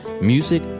music